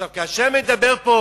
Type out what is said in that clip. עכשיו, כאשר מדבר פה